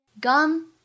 gun